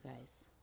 guys